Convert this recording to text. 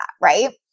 Right